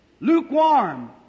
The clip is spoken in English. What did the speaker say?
lukewarm